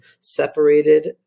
separated